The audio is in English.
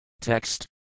Text